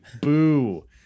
Boo